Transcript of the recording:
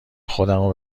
خودمو